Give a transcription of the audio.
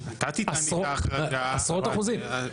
עשרות אחוזים.